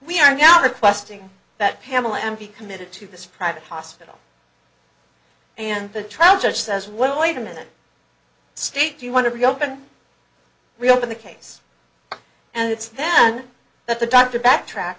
we are now requesting that pamela and be committed to this private hospital and the trial judge says well wait a minute state do you want to reopen reopen the case and it's then that the doctor backtrack